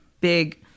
big